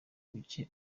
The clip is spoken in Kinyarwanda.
bike